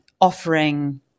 offering